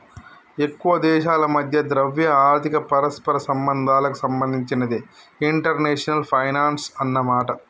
ఎక్కువ దేశాల మధ్య ద్రవ్య ఆర్థిక పరస్పర సంబంధాలకు సంబంధించినదే ఇంటర్నేషనల్ ఫైనాన్సు అన్నమాట